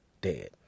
dead